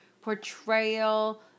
portrayal